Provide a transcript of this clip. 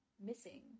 missing